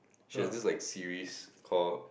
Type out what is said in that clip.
she has this like series called